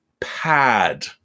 pad